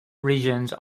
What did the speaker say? regions